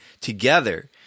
together